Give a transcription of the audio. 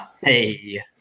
hey